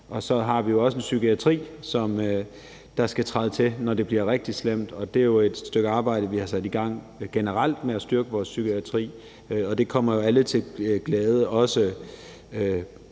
og så har vi jo også en psykiatri, der skal træde til, når det bliver rigtig slemt. Vi har jo generelt sat et stykke arbejde i gang med at styrke vores psykiatri, og det kommer jo alle til glæde,